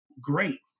Great